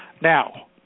now